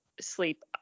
sleep